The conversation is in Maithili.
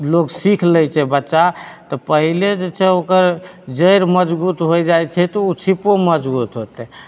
लोग सीख लै छै बच्चा तऽ पहिले जे छै ओकर जड़ि मजगूत होइ जाइत छै तऽ ओ छीपो मजगूत होतै